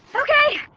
okay,